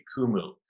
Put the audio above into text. Kumu